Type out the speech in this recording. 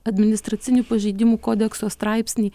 administracinių pažeidimų kodekso straipsnį